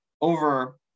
over